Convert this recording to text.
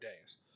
days